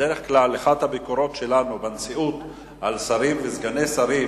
בדרך כלל אחת הביקורות שלנו בנשיאות על שרים וסגני שרים